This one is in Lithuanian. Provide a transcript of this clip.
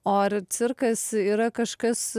o ar cirkas yra kažkas